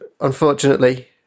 unfortunately